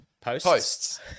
Posts